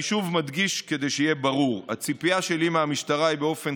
אני שוב מדגיש כדי שיהיה ברור: הציפייה שלי מהמשטרה היא באופן